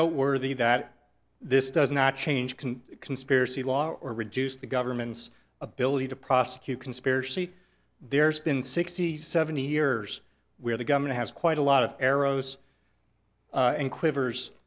noteworthy that this does not change can conspiracy law or reduce the government's ability to prosecute conspiracy there's been sixty seventy years where the government has quite a lot of arrows a